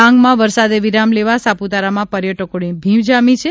ડાંગમાં વરસાદે વિરામ લેવા સાપ્રતારામાં પર્યટકોની ભીડ જામી છે